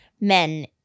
men